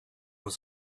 was